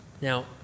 Now